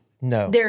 No